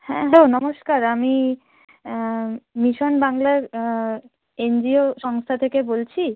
hello নমস্কার আমি mission বাংলার এন জি ও সংস্থা থেকে বলছি